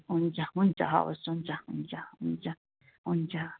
हुन्छ हुन्छ हवस् हुन्छ हुन्छ हुन्छ हुन्छ